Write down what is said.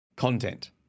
Content